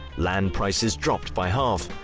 land prices dropped by half,